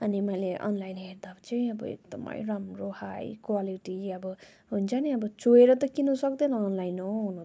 अनि मैले अनलाइन हेर्दा चाहिँ अब एकदमै राम्रो हाई क्वालिटी अब हुन्छ नि अब छोएर त किन्न सक्दैन अनलाइन हो हुन त